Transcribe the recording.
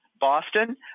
Boston